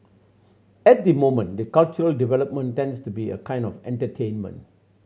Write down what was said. at the moment the cultural development tends to be a kind of entertainment